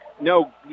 No